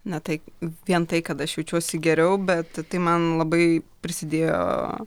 na tai vien tai kad aš jaučiuosi geriau bet tai man labai prisidėjo